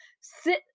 sit